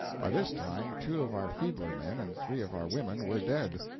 by this time two of our feebler men and three of our women were dead,